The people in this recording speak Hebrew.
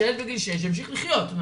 כדי שילד בגיל שש ימשיך לחיות.